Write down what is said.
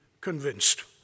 convinced